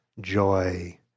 joy